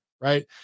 right